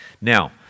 Now